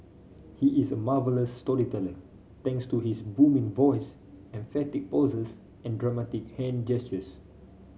he is a marvellous storyteller thanks to his booming voice emphatic pauses and dramatic hand gestures